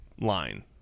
line